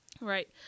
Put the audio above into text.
Right